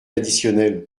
additionnel